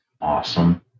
awesome